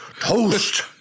Toast